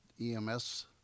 EMS